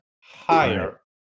higher